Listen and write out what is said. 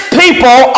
people